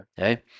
Okay